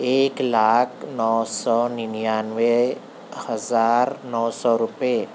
ایک لاکھ نو سو ننانوے ہزار نو سو روپیے